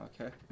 Okay